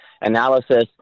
analysis